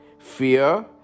Fear